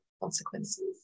consequences